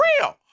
real